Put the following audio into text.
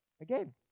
again